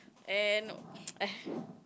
and